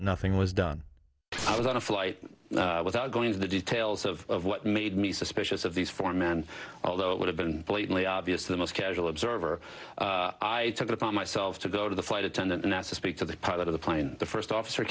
nothing was done i was on a flight without going into the details of what made me suspicious of these four men although it would have been blatantly obvious to the most casual observer i took it upon myself to go to the flight attendant and as to speak to the pilot of the plane the first officer